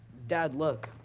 dad, look.